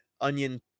onion